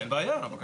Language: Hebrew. אין בעיה, בבקשה.